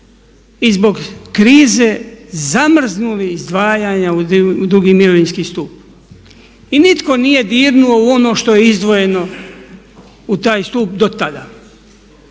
i zbog krize zamrznuli izdvajanja u drugi mirovinski stup i nitko nije dirnuo u ono što je izdvojeno u taj stup do tada.